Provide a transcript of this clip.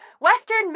Western